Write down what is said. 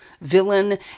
Villain